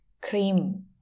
cream